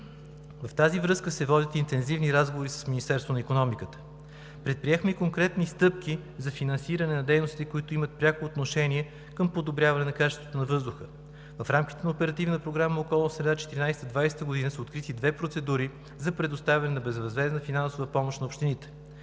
В тази връзка се водят интензивни разговори с Министерството на икономиката. Предприехме и конкретни стъпки за финансиране на дейностите, които имат пряко отношение към подобряване качеството на въздуха. В рамките на Оперативна програма „Околна среда 2014 – 2020 г.“ са открити две процедури за предоставяне на безвъзмездна финансова помощ на общините.